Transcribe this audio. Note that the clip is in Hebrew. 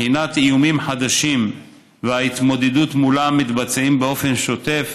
בחינת איומים חדשים וההתמודדות מולם מתבצעות באופן שוטף